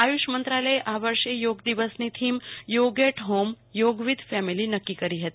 આયુષ મંત્રાલયએ આ વર્ષે યોગ દિવસની થીમ પર yoga at home yoga with family નક્કી કરી હતી